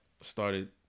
started